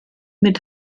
mit